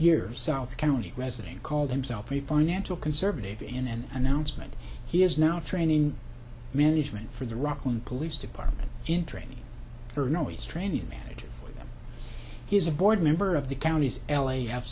years south county resident called himself a financial conservative and an announcement he is now training management for the rockland police department in training or no he's training manager he's a board member of the county's l